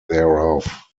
thereof